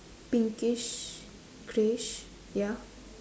pinkish greyish ya